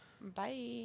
Bye